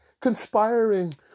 conspiring